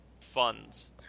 funds